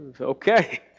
Okay